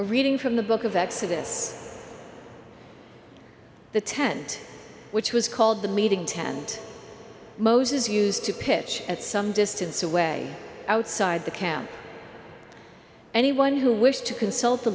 reading from the book of exodus the tent which was called the meeting tent moses used to pitch at some distance away outside the camp anyone who wished to consult the